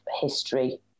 history